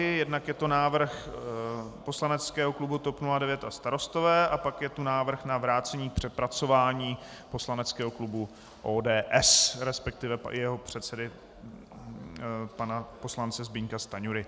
Jednak je to návrh poslaneckého klubu TOP 09 a Starostové a pak je tu návrh na vrácení k přepracování poslaneckého klubu ODS, resp. jeho předsedy pana poslance Zbyňka Stanjury.